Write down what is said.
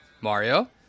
Mario